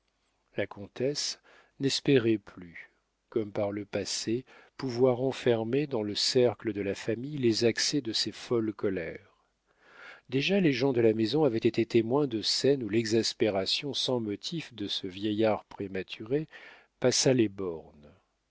la comtesse n'espérait plus comme par le passé pouvoir enfermer dans le cercle de la famille les accès de ces folles colères déjà les gens de la maison avaient été témoins de scènes où l'exaspération sans motif de ce vieillard prématuré passa les bornes